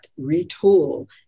retool